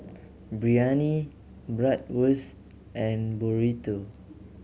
Biryani Bratwurst and Burrito